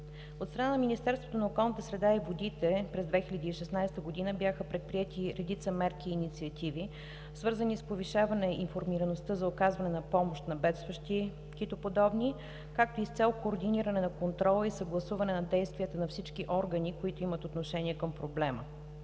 От страна на Министерството на околната среда и водите през 2016 г. бяха предприети редица мерки и инициативи, свързани с повишаване информираността за оказване на помощ на бедстващи китоподобни, както и с цел координиране на контрола и съгласуване на действията на всички органи, които имат отношение към проблема,